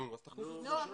נו, אז תכניסו את זה.